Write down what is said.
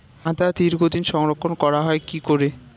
আদা দীর্ঘদিন সংরক্ষণ করা হয় কি করে?